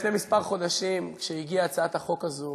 לפני כמה חודשים, כשהגיעה הצעת החוק הזאת